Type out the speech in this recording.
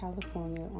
California